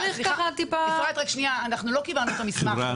לא קיבלנו את המסמך.